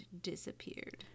disappeared